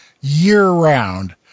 year-round